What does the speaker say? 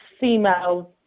female